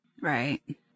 Right